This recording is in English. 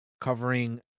covering